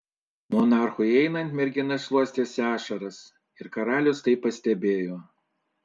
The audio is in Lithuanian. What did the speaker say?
monarchui įeinant mergina šluostėsi ašaras ir karalius tai pastebėjo